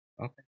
Okay